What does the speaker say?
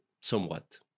somewhat